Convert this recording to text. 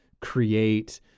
create